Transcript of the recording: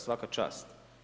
Svaka čast.